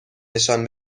نشان